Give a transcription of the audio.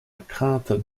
crainte